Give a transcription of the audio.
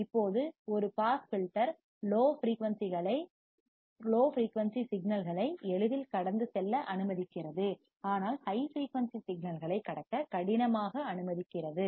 இப்போது ஒரு pass filter low frequency சிக்னல்களை எளிதில் கடந்து செல்ல அனுமதிக்கிறது ஆனால் ஹை ஃபிரீயூன்சி சிக்னல்களை கடக்க கடினமாக அனுமதிக்கிறது